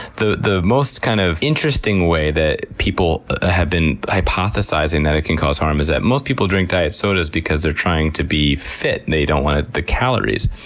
the the most kind of interesting way that people have been hypothesizing that it can cause harm is that most people drink diet sodas because they're trying to be fit they don't want ah the calories.